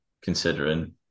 considering